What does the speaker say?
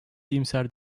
iyimser